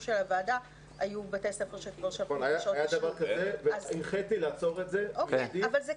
של הוועדה היו בתי ספר שכבר שלחו דרישות תשלום.